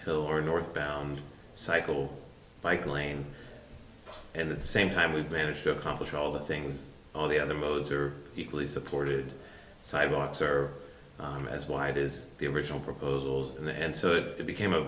hill or northbound cycle bike lane and the same time we've managed to accomplish all the things on the other modes are equally supported sidewalks are as wide as the original proposals and so it became a